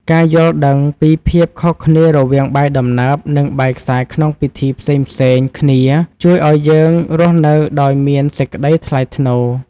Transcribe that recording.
ការយល់ដឹងពីភាពខុសគ្នារវាងបាយដំណើប និងបាយខ្សាយក្នុងពិធីផ្សេងៗគ្នាជួយឱ្យយើងរស់នៅដោយមានសេចក្តីថ្លៃថ្នូរ។